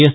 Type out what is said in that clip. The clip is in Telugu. ఎస్